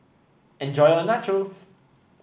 enjoy your Nachos